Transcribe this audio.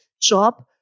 job